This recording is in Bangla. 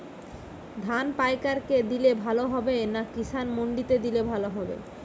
ধান পাইকার কে দিলে ভালো হবে না কিষান মন্ডিতে দিলে ভালো হবে?